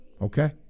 Okay